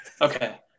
Okay